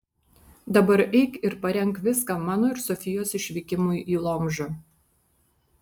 dabar eik ir parenk viską mano ir sofijos išvykimui į lomžą